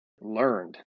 learned